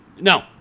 No